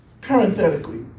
Parenthetically